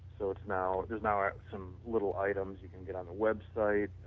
so it's now there is now some little items you can get on the website,